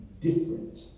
different